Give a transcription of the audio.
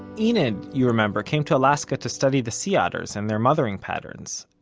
enid, you remember, came to alaska to study the sea otters and their mothering patterns.